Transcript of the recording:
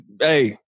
hey